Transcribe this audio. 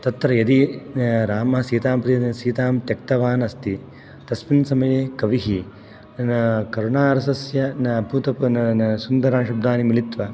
तत्र यदि रामः सीतां सीतां त्यक्तवान् अस्ति तस्मिन् समये कविः करुणारसस्य सुन्दरान् शब्दान् मेलयित्वा